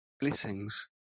blessings